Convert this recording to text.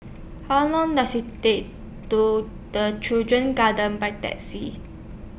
How Long Does IT Take to The Children's Garden By Taxi